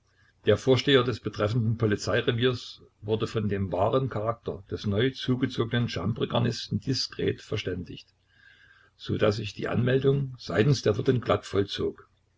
der vorsteher des betreffenden polizeireviers wurde von dem wahren charakter des neu zugezogenen chambregarnisten diskret verständigt so daß sich die anmeldung seitens der wirtin glatt vollzog